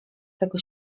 tego